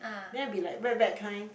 then it will be like wet wet kind